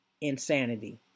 insanity